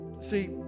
See